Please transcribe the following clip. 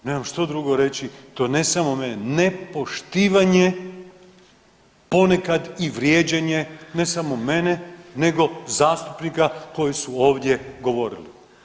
Nemam što drugo reći, i to ne samo mene, nepoštivanje, ponekad i vrijeđanje, ne samo mene nego zastupnika koji su ovdje govorili.